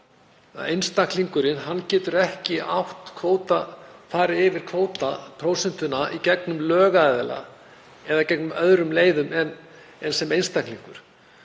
Einstaklingur getur ekki átt kvóta, farið yfir kvótaprósentuna í gegnum lögaðila eða í gegnum aðrar leiðir en sem einstaklingur.